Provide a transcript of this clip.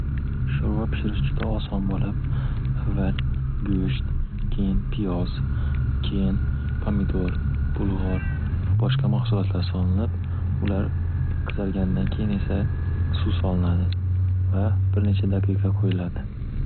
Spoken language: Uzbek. Shurva pishirish juda oson bo'lib, avval go'sht, keyin piyoz, keyin pomidor, bulg'or, boshqa mahsulotlar solinib, ular qizarganidan keyin esa suv solinadi va bir necha daqiqa qo'yiladi.